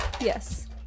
Yes